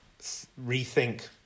rethink